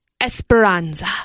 Esperanza